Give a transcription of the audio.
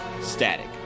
Static